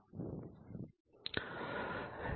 0Z 1 1 I 1Z 1 0 I0Z 1 1 I1